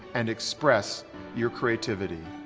and express your creativity.